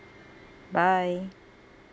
bye